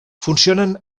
funcionen